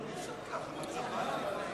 אני אפשרתי לשר להגיע למקומו.